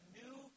new